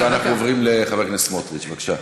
בבקשה.